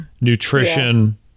Nutrition